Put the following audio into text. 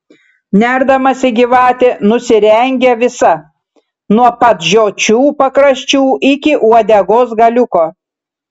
nerdamasi gyvatė nusirengia visa nuo pat žiočių pakraščių iki uodegos galiuko